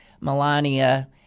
Melania